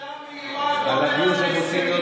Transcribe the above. וכשראש הממשלה המיועד אומר על ההסכמים שהוא חתם,